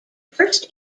first